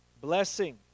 blessing